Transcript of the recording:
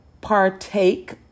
partake